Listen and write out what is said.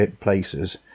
places